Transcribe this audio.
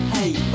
Hey